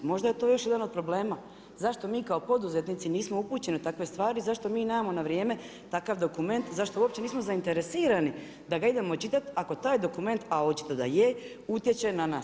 Možda je to još jedan od problema, zašto mi kao poduzetnici nismo upućeni u takve stvari, zašto mi nemamo na vrijeme takav dokument, zašto uopće nismo zainteresirani da ga idemo čitati ako taj dokument, a očito da je, utječe na nas.